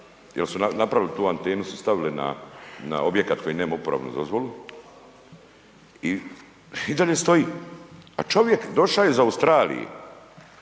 jer su napravili tu antenu su stavili na objekat koji nema uporabnu dozvolu. I i dalje stoji. A čovjek došao iz Australije.